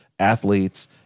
Athletes